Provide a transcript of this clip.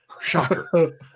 shocker